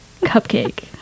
Cupcake